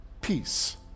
peace